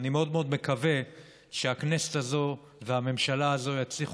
אני מאוד מאוד מקווה שהכנסת הזאת והממשלה הזאת יצליחו